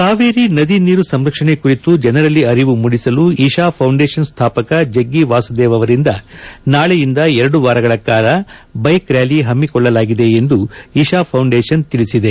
ಕಾವೇರಿ ನದಿ ನೀರು ಸಂರಕ್ಷಣೆ ಕುರಿತು ಜನರಲ್ಲಿ ಅರಿವು ಮೂಡಿಸಲು ಇತಾ ಫೌಂಡೇಷನ್ ಸ್ಥಾಪಕ ಜಗ್ಗಿ ವಾಸುದೇವ್ ಅವರಿಂದ ನಾಳೆಯಿಂದ ಎರಡು ವಾರಗಳ ಕಾಲ ಬ್ವೆಕ್ ರಾಲಿ ಹಮ್ನಿಕೊಳ್ಳಲಾಗಿದೆ ಎಂದು ಇತಾ ಫೌಂಡೇಷನ್ ತಿಳಿಸಿದೆ